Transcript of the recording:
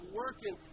working